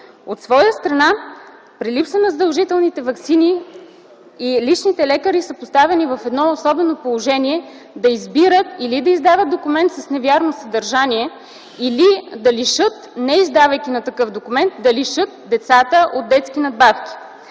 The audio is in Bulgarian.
От своя страна, при липса на задължителните ваксини и личните лекари са поставени в едно особено положение да избират – или да издават документ с невярно съдържание или, неиздавайки такъв документ, да лишат децата от детски надбавки.